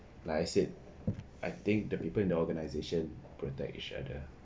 like I said I think the people in the organization protect each other